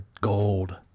gold